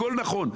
הכול נכון.